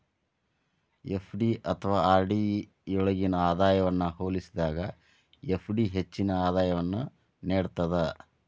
FD ಅಥವಾ RD ಯೊಳ್ಗಿನ ಆದಾಯವನ್ನ ಹೋಲಿಸಿದಾಗ ಎಫ್.ಡಿ ಹೆಚ್ಚಿನ ಆದಾಯವನ್ನು ನೇಡ್ತದ